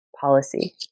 policy